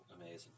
amazing